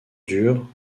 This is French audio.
dur